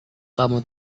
kamu